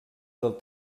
del